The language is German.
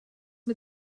mit